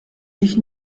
ich